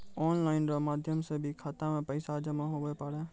online रो माध्यम से भी खाता मे पैसा जमा हुवै पारै